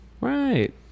Right